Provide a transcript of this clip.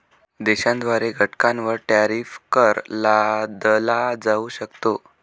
देशाद्वारे घटकांवर टॅरिफ कर लादला जाऊ शकतो